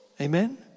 Amen